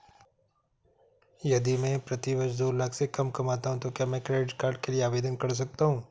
यदि मैं प्रति वर्ष दो लाख से कम कमाता हूँ तो क्या मैं क्रेडिट कार्ड के लिए आवेदन कर सकता हूँ?